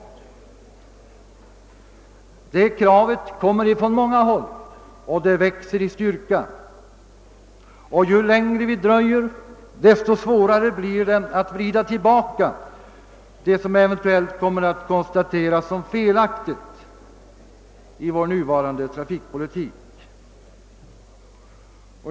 Kravet på en omprövning ställs från många håll och det växer i styrka. Ju längre vi dröjer, desto svårare blir det att vrida tillbaka det som eventuellt kommer att konstateras vara felaktigt i vår nuvarande trafikpolitik.